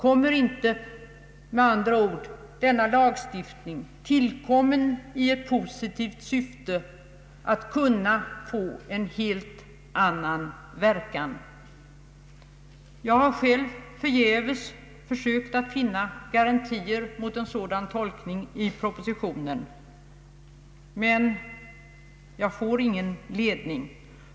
Kommer inte, med andra ord, denna lagstiftning, tillkommen i ett positivt syfte, att kunna få en helt annan verkan? Jag har själv förgäves försökt att finna garantier mot en sådan tolkning i propositionen. Men jag får där ingen ledning.